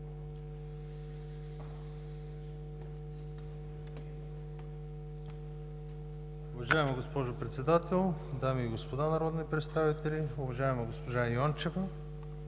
Уважаема госпожо Председател, дами и господа народни представители, уважаеми господин Милев,